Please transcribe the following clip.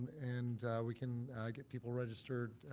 and we can get people registered